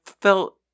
felt